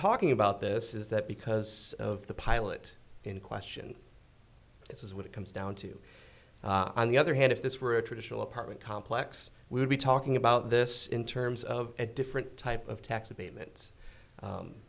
talking about this is that because of the pilot in question this is what it comes down to on the other hand if this were a traditional apartment complex we would be talking about this in terms of a different type of tax abatements